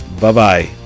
Bye-bye